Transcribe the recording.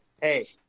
hey